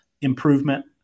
improvement